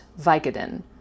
Vicodin